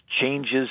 changes